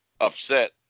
upset